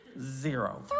Zero